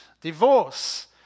divorce